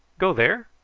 go there?